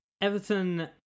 Everton